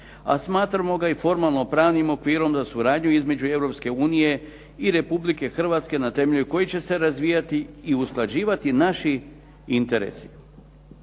a smatramo ga i formalno-pravnim okvirom da surađuje između Europske unije i Republike Hrvatske na temelju kojih će se razvija i usklađivati naši interesi.